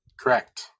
Correct